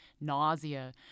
nausea